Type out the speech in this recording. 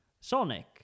Sonic